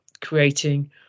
creating